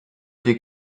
die